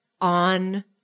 on